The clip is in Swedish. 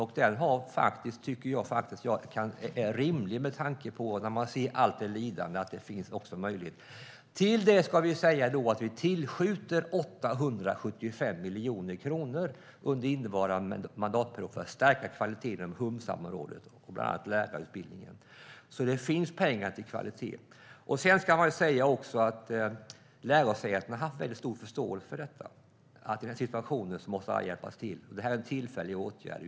Jag tycker faktiskt att det är rimligt med tanke på allt det lidande som man ser. Till det ska vi säga att vi tillskjuter 875 miljoner kronor under innevarande mandatperiod för att stärka kvaliteten inom humsamområdet, bland annat lärarutbildningen. Det finns alltså pengar till kvalitet. Sedan ska man säga att lärosätena har haft väldigt stor förståelse för detta: att alla måste hjälpa till i den här situationen. Det är en tillfällig åtgärd.